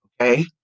Okay